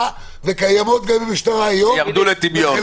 וקיימות עם המשטרה גם היום --- ירדו לטמיון.